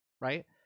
right